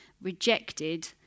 rejected